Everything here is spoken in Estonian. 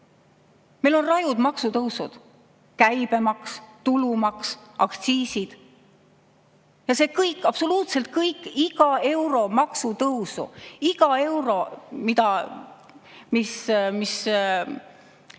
Meil on rajud maksutõusud: käibemaks, tulumaks, aktsiisid. Ja see kõik, absoluutselt kõik, iga euro maksutõusu, iga euro, mis